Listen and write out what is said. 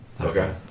Okay